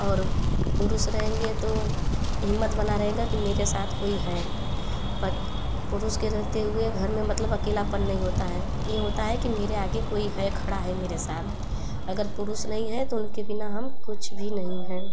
और पुरूष रहेंगे तो हिम्मत बनी रहेगी कि मेरे साथ कोई है पुरुष के रहते हुए घर में मतलब अकेलापन नहीं होता है ये होता है कि मेरे आगे कोई है खड़ा है मेरे साथ अगर पुरुष नहीं है तो उनके बिना हम कुछ भी नहीं हैं